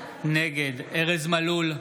נגד ארז מלול,